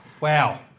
Wow